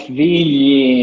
figli